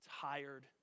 tired